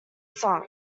sank